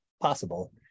possible